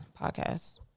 podcasts